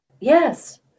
Yes